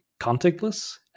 contactless